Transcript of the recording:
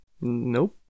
Nope